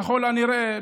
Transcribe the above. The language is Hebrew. ככל הנראה,